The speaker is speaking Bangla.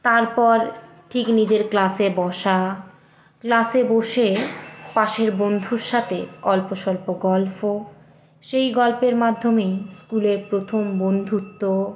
তারপর ঠিক নিজের ক্লাসে বসা ক্লাসে বসে পাশের বন্ধুর সাথে অল্প স্বল্প গল্প সেই গল্পের মাধ্যমেই স্কুলের প্রথম বন্ধুত্ব